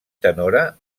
tenora